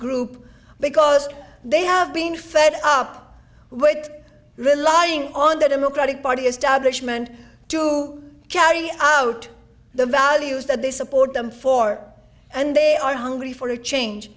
group because they have been fed up with relying on the democratic party establishment to carry out the values that they support them for and they are hungry for change